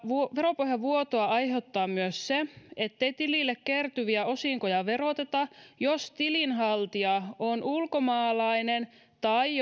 veropohjavuotoa aiheuttaa myös se ettei tilille kertyviä osinkoja veroteta jos tilinhaltija on ulkomaalainen tai